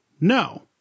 No